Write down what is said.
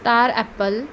star apple